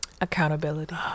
Accountability